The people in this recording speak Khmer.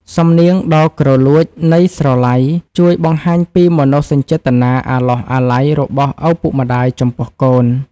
សំនៀងដ៏គ្រលួចនៃស្រឡៃ ជួយបង្ហាញពីមនោសញ្ចេតនាអាឡោះអាល័យរបស់ឪពុកម្ដាយចំពោះកូន។